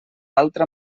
altra